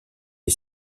est